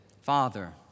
Father